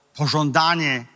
pożądanie